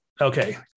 Okay